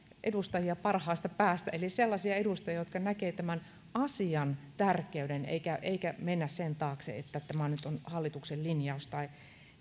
edustajia parhaasta päästä eli sellaisia edustajia jotka näkevät tämän asian tärkeyden eikä mennä sen taakse että tämä nyt on hallituksen linjaus tai